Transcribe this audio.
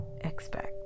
expect